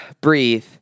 breathe